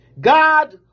God